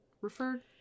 referred